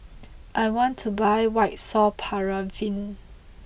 I want to buy White Soft Paraffin